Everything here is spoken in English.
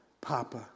Papa